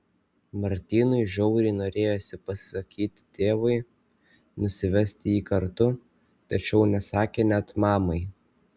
martynui žiauriai norėjosi pasisakyti tėvui nusivesti jį kartu tačiau nesakė net mamai